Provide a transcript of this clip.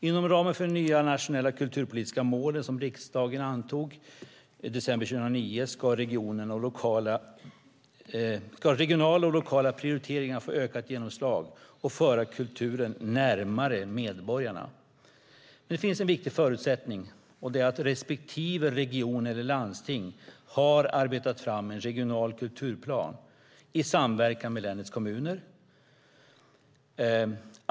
Inom ramen för de nya nationella kulturpolitiska målen, som riksdagen antog i december 2009, ska regionala och lokala prioriteringar få ökat genomslag och föra kulturen närmare medborgarna. Det finns en viktig förutsättning. Det är att respektive region eller landsting har arbetat fram en regional kulturplan i samverkan med länets kommuner.